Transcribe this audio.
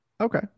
Okay